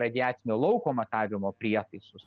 radiacinio lauko matavimo prietaisus